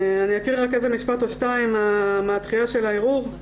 אני אקריא משפט או שניים מהדחייה של הערעור: